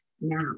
now